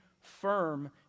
firm